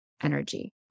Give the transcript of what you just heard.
energy